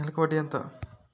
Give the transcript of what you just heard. నెలకి వడ్డీ ఎంత?